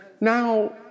now